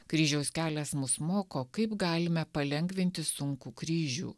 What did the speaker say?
kryžiaus kelias mus moko kaip galime palengvinti sunkų kryžių